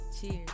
Cheers